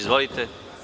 Izvolite.